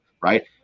Right